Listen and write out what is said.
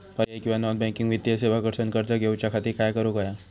पर्यायी किंवा non banking वित्तीय सेवा कडसून कर्ज घेऊच्या खाती काय करुक होया?